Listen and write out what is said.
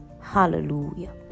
Hallelujah